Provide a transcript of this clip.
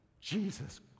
Jesus